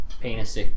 penis